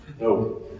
No